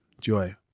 joy